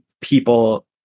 people